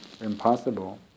impossible